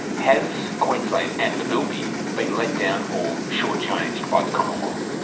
has queensland and the bilby been let down or short-changed by the commonwealth?